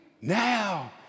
now